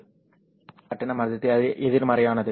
ஏனெனில் இங்கே கட்டண அடர்த்தி எதிர்மறையானது